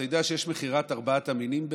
אתה יודע שיש מכירת ארבעת המינים,